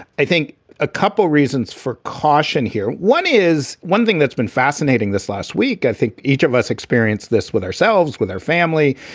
i think a couple reasons for caution here. one is one thing that's been fascinating this last week, i think each of us experienced this with ourselves, with our family,